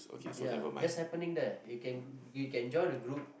ya that's happening there you can you can join the group